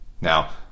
Now